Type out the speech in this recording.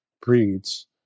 breeds